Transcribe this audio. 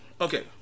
Okay